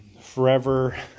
forever